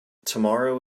tomorrow